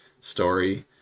story